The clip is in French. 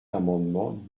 l’amendement